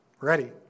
Ready